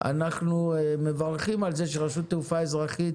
אנחנו מברכים על זה שרשות תעופה אזרחית